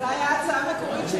זאת היתה ההצעה המקורית,